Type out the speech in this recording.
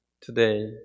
Today